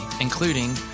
including